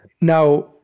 Now